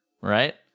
right